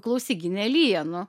klausyk gi nelyja nu